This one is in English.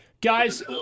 Guys